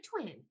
twin